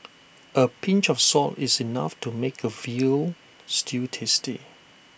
A pinch of salt is enough to make A Veal Stew tasty